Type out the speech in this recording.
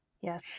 Yes